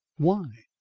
why?